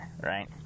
right